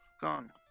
Gone